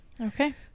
Okay